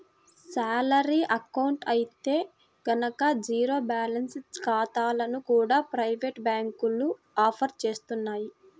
salary account అయితే గనక zero balance ఖాతాలను కూడా ప్రైవేటు బ్యాంకులు ఆఫర్ చేస్తున్నాయి